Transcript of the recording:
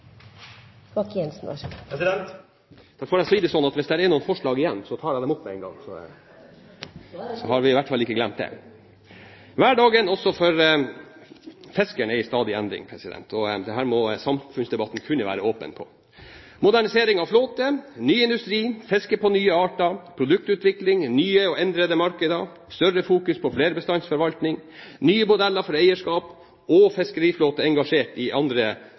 noen forslag igjen, så tar jeg dem opp med en gang. Det er ett igjen. Ja, så har jeg ikke glemt det. Hverdagen – også for fiskeren – er i stadig endring. Det må samfunnsdebatten være åpen på. Modernisering av flåte, ny industri, fiske på nye arter, produktutvikling, nye og endrede markeder, større fokus på flerbestandsforvaltning, nye modeller for eierskap og fiskeriflåte engasjert i andre